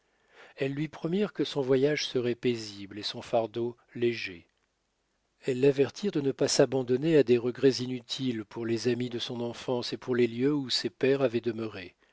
elles lui promirent que son voyage serait paisible et son fardeau léger elles l'avertirent de ne pas s'abandonner à des regrets inutiles pour les amis de son enfance et pour les lieux où ses pères avaient demeuré